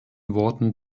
worten